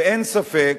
ואין ספק